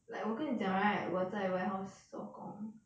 like 我跟你讲 right 我在 warehouse 做工